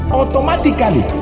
automatically